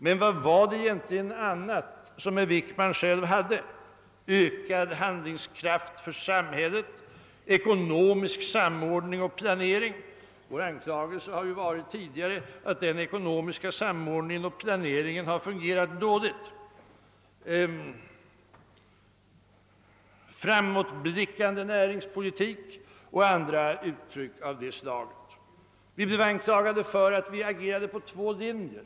Men vad an nat hade egentligen herr Wickman i sitt anförande: »ökad handlingskraft för samhället», »ekonomisk samordning och planering» — vår anklagelse har tidigare varit att den ekonomiska samordningen och planeringen fungerat dåligt — »framåtblickande näringspolitik» och andra uttryck av det slaget. Vi har också blivit anklagade för att vi agerade på två linjer.